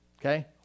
Okay